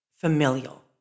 familial